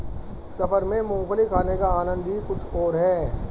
सफर में मूंगफली खाने का आनंद ही कुछ और है